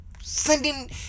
sending